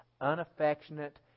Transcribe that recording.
unaffectionate